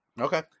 Okay